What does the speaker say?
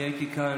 אני הייתי כאן.